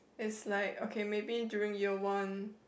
it's like okay maybe during year one